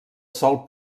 sòl